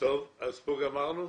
פה גמרנו?